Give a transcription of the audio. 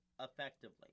effectively